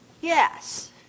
yes